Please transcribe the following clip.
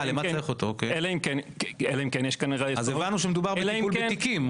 אז הבנו שמדובר בטיפול בתיקים,